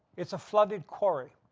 it's a flooded quarry,